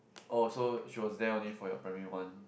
oh so she was there only for your primary one